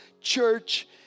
church